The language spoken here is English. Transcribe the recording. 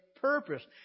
purpose